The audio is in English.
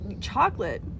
chocolate